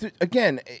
again